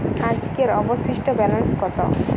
আজকের অবশিষ্ট ব্যালেন্স কত?